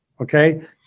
okay